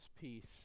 peace